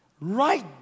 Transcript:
right